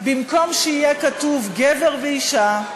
במקום שיהיה כתוב "גבר ואישה",